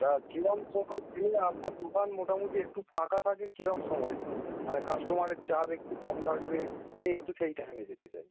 তা কিরম সময় গেলে আপনার দোকান মোটামুটি একটু ফাঁকা থাকে কিরম সময় হ্যাঁ কাস্টমারের চাপ একটু কম থাকবে আমি একটু সেই টাইমে যেতে চাই